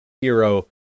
hero